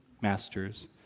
masters